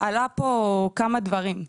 עלה פה כמה דברים.